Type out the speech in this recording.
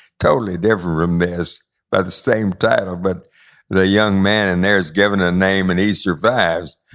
totally different remiss by the same title, but the young man in there is given a name and he survives,